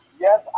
Yes